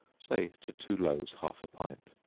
say, to two loaves, half a pint,